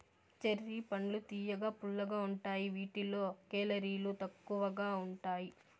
cherry పండ్లు తియ్యగా, పుల్లగా ఉంటాయి వీటిలో కేలరీలు తక్కువగా ఉంటాయి